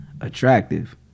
attractive